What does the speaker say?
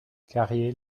carrier